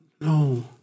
No